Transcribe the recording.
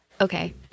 Okay